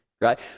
right